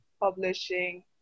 publishing